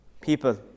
people